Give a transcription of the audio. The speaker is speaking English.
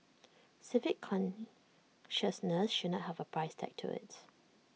civic consciousness should not have A price tag to IT